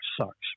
sucks